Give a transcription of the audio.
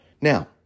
Now